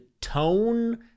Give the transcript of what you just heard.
tone